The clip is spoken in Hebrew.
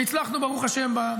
והצלחנו, ברוך השם.